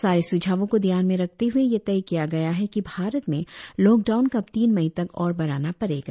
सारे सुझावों को ध्यान में रखते हए ये तय किया गया है कि भारत में लॉकडाउन को अब तीन मई तक और बढ़ाना पड़ेगा